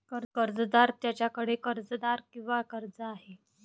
कर्जदार ज्याच्याकडे कर्जदार किंवा कर्ज आहे